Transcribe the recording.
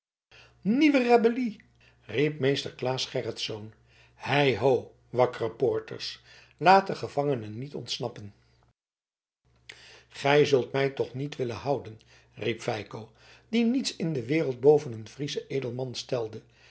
nieuwe rebellie riep meester claes gerritsz hei ho wakkere poorters laat den gevangene niet ontsnappen gij zult mij toch niet willen houden riep feiko die niets in de wereld boven een frieschen edelman stelde